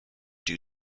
due